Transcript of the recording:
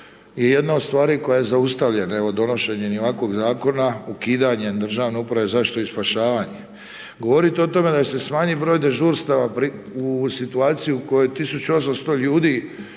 je jedna od stvari koja je zaustavljena, evo donošenjem i ovakvog zakona, ukidanjem Državne uprave za zaštitu i spašavanje, govorit o tome da se smanji broj dežurstava u situaciji u kojoj 1800 ljudi